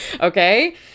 okay